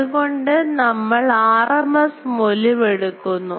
അതുകൊണ്ട് നമ്മൾ rms മൂല്യം എടുക്കുന്നു